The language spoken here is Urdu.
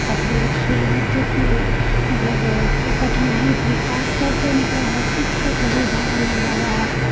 تکلیف تھی ہر چیز کی مطلب کٹھنائی تھی آج کل تو مطلب ہر چیز کا سویدھا ہونے لگا ہے